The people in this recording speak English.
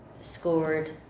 scored